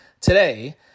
today